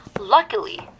Luckily